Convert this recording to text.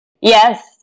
Yes